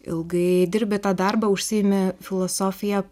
ilgai dirbi tą darbą užsiimi filosofija